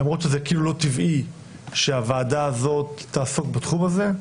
למרות שזה כאילו לא טבעי שהוועדה הזאת תעסוק בתחום הזה,